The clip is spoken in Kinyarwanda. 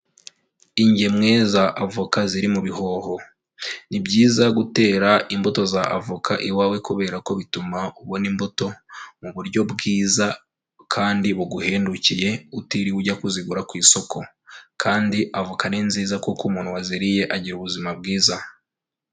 Ingemwe z'avoka ziri mu bihoho, ni byiza gutera imbuto z'avoka iwawe kubera ko bituma ubona imbuto mu buryo bwiza kandi buguhendukiye utiriwe ujya kuzigura ku isoko kandi avoka ni nziza kuko umuntu waziriye agira ubuzima bwiza.